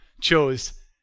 chose